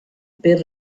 per